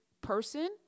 person